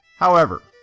however,